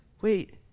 wait